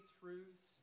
truths